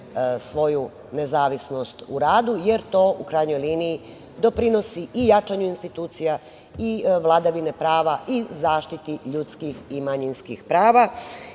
svoju nezavisnost u radu, jer to u krajnjoj liniji, doprinosi i jačanju institucija i vladavini prava i zaštiti ljudskih i manjinskih prava. Meni